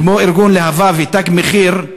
כמו ארגון להב"ה, ו"תג מחיר",